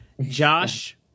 Josh